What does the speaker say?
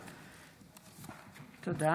תודה.